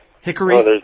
Hickory